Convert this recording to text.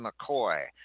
McCoy